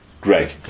Greg